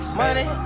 money